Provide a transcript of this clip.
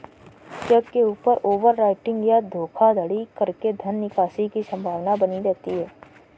check के ऊपर over writing या धोखाधड़ी करके धन निकासी की संभावना बनी रहती है